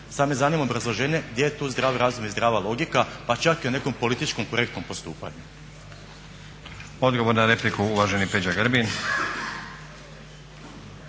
Samo me zanima obrazloženje gdje je tu zdrav razum i zdrava logika pa čak i u nekom političkom korektnom postupanju. **Stazić, Nenad (SDP)** Odgovor na repliku uvaženi Peđa Grbin.